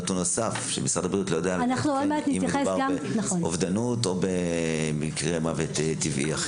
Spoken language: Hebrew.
משרד הבריאות לא יודע אם מדובר באובדנות או במקרה מוות טבעי.